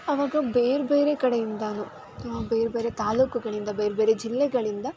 ಆವಾಗ ಬೇರೆ ಬೇರೆ ಕಡೆಯಿಂದಲೂ ಬೇರೆ ಬೇರೆ ತಾಲ್ಲೂಕುಗಳಿಂದ ಬೇರೆ ಬೇರೆ ಜಿಲ್ಲೆಗಳಿಂದ